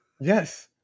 Yes